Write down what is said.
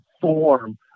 form